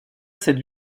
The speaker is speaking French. cette